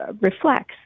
reflects